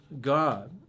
God